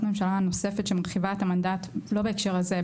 ממשלה נוספת שמרחיבה את המנדט לא בהקשר הזה,